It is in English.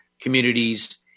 communities